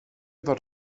ddod